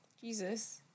Jesus